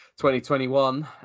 2021